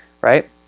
right